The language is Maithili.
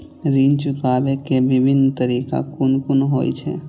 ऋण चुकाबे के विभिन्न तरीका कुन कुन होय छे?